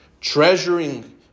Treasuring